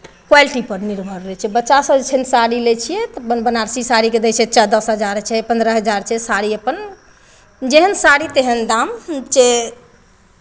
क्वालिटीपर निर्भर रहै छै बच्चासभ छै ने साड़ी लै छियै तऽ बन बनारसी साड़ीके लै छै छियै दस हजार छै पन्द्रह हजार छै साड़ी अपन जेहन साड़ी तेहन दाम छै